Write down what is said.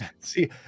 See